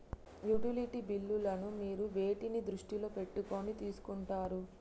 Utility బిల్లులను మీరు వేటిని దృష్టిలో పెట్టుకొని తీసుకుంటారు?